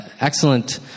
excellent